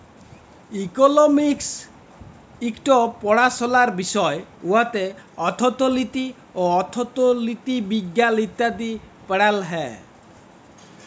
economics ইকট পাড়াশলার বিষয় উয়াতে অথ্থলিতি, অথ্থবিজ্ঞাল ইত্যাদি পড়াল হ্যয়